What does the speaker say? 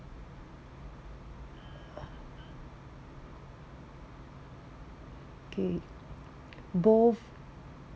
okay both